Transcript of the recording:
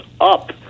up